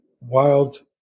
wild